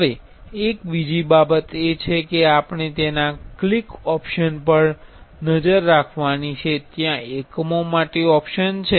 હવે એક બીજી બાબત છે એ આપણે તેના ક્લિક ઓપ્શન પર નજર રાખવાની છે ત્યાં એકમો માટે ઓપ્શન છે